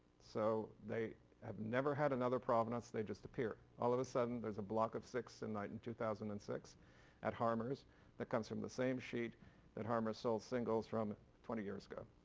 so they have never had another provenance, they just appear. all of a sudden there's a block of six one and night in two thousand and six at harmer's that comes from the same sheet that harmer's sold singles from twenty years ago.